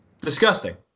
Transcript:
Disgusting